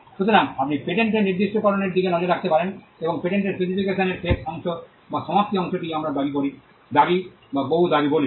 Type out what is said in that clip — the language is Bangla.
সুতরাং আপনি পেটেন্টের নির্দিষ্টকরণের দিকে নজর রাখতে পারেন এবং পেটেন্টের স্পেসিফিকেশনের শেষ অংশ বা সমাপ্তি অংশটিই আমরা দাবি বা বহু দাবি বলি